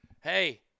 Hey